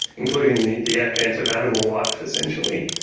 including the the advent of animal life essentially.